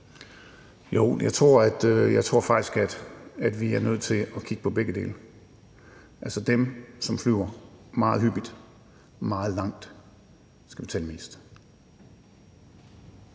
Jeg tror faktisk, at vi er nødt til at kigge på begge dele, altså de, som flyver meget hyppigt, meget langt skal betale mest.